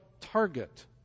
target